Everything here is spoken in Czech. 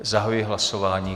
Zahajuji hlasování.